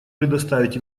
предоставить